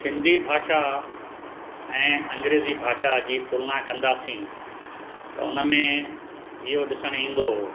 सिंधी भाषा ऐं अंग्रेज़ी भाषा जी तुलना कंदासीं त उन में इहो ॾिसणु ईंदो